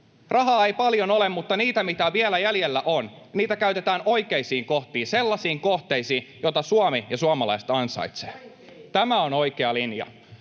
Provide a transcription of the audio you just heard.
Rahaa ei paljon ole, mutta niitä, mitä vielä jäljellä on, käytetään oikeisiin kohtiin, sellaisiin kohteisiin, joita Suomi ja suomalaiset ansaitsevat. [Ritva Elomaa: